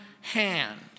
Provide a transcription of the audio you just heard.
hand